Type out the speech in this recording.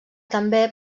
també